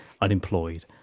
unemployed